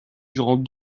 durant